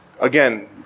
again